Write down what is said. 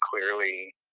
clearly